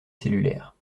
cellulaire